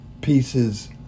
pieces